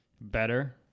Better